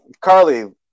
Carly